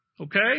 Okay